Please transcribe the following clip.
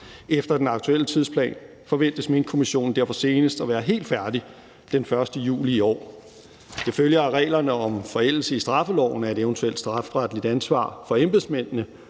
Efter den aktuelle tidsplan forventes Minkkommissionen derfor senest at være helt færdig den 1. juli i år. Det følger af reglerne om forældelse i straffeloven, at et eventuelt strafferetligt ansvar for embedsmændene